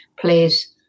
plays